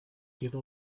queda